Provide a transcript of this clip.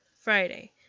Friday